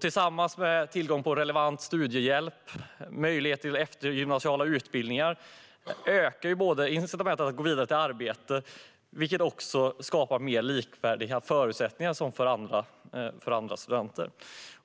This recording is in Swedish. Tillsammans med tillgång till relevant studiehjälp och möjlighet till eftergymnasiala utbildningar ökar incitamenten att gå vidare till arbete, vilket skapar mer likvärdiga förutsättningar med andra studenters.